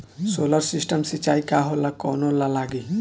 Solar system सिचाई का होला कवने ला लागी?